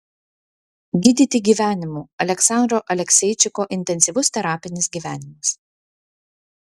gydyti gyvenimu aleksandro alekseičiko intensyvus terapinis gyvenimas